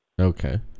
Okay